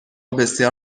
بسیار